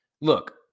Look